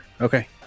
Okay